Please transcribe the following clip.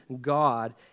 God